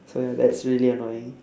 so that's really annoying